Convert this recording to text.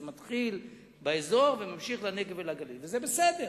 זה מתחיל באזור וממשיך לנגב ולגליל, וזה בסדר.